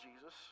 Jesus